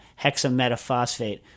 hexametaphosphate